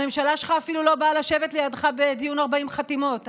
הממשלה שלך אפילו לא באה לשבת לידך בדיון 40 חתימות,